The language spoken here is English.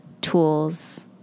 tools